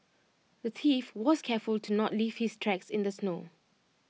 the thief was careful to not leave his tracks in the snow